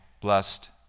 blessed